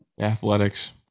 Athletics